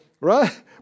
Right